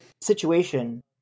situation